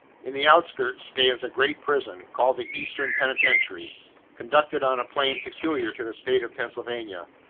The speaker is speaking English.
in the outskirts, stands a great prison, called the eastern penitentiary conducted on a plan peculiar to the state of pennsylvania.